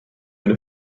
eine